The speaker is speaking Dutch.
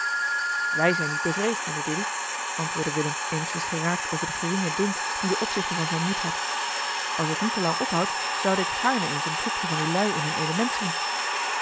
wij zijn niet bevreesd mr dilly antwoordde willem eenigszins geraakt over den geringen dunk dien de opzichter van zijn moed had als het niet te lang ophoudt zoude ik gaarne eens een troepje van die lui in hun element zien